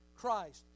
Christ